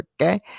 okay